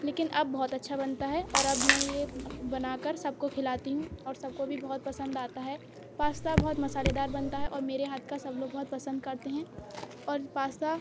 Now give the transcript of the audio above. لیکن اب بہت اچھا بنتا ہے اور اب میں یہ بنا کر سب کو کھلاتی ہوں اور سب کو بھی بہت پسند آتا ہے پاستا بہت مسالے دار بنتا ہے اور میرے ہاتھ کا سب لوگ بہت پسند کرتے ہیں اور پاستا